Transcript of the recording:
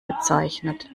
bezeichnet